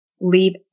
leave